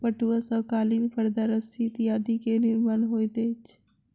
पटुआ सॅ कालीन परदा रस्सी इत्यादि के निर्माण होइत अछि